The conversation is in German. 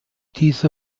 diese